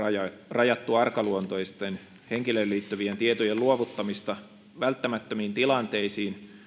rajattu arkaluontoisten henkilöön liittyvien tietojen luovuttamista välttämättömiin tilanteisiin